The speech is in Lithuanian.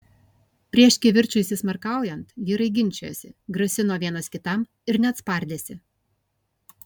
prieš kivirčui įsismarkaujant vyrai ginčijosi grasino vienas kitam ir net spardėsi